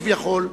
כביכול,